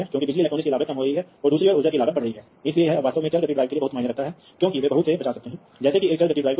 तो इससे पहले कि हम ऐसा करते हैं इसलिए हम यहां 4 20 एमए के बीच तुलना करते हैं जो कि फील्डबस के साथ एक बहुत पुरानी एनालॉग तकनीक है